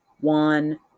one